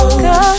go